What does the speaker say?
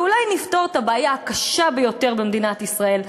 ואולי נפתור את הבעיה הקשה ביותר במדינת ישראל,